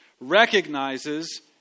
recognizes